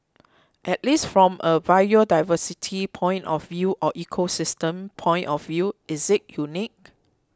at least from a biodiversity point of view or ecosystem point of view is it unique